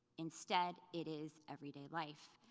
instead, it is everyday life.